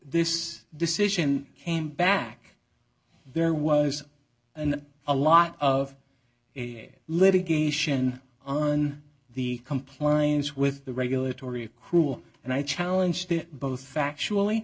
this decision came back there was an a lot of a litigation on the compliance with the regulatory cruel and i challenge the both factually